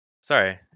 Sorry